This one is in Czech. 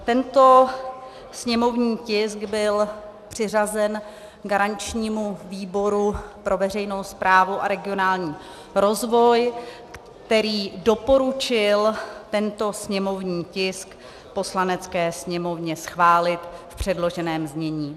Tento sněmovní tisk byl přiřazen garančnímu výboru pro veřejnou správu a regionální rozvoj, který doporučil tento sněmovní tisk Poslanecké sněmovně schválit v předloženém znění.